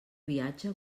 viatge